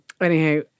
anyhow